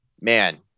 man